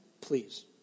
please